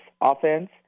offense